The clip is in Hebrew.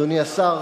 אדוני השר,